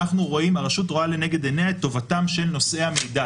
הרשות רואה לנגד עיניה את טובתם של נושאי המידע,